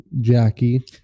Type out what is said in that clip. Jackie